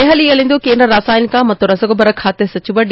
ದೆಹಲಿಯಲ್ಲಿಂದು ಕೇಂದ್ರ ರಾಸಾಯನಿಕ ಮತ್ತು ರಸಗೊಬ್ಬರ ಬಾತ ಸಚಿವ ಡಿ